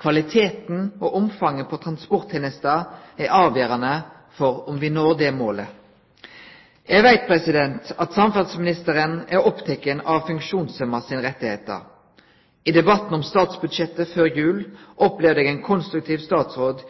Kvaliteten på og omfanget av transporttenesta er avgjerande for om vi når det målet. Eg veit at samferdselsministeren er oppteken av funksjonshemma sine rettar. I debatten om statsbudsjettet før jul opplevde eg ein konstruktiv statsråd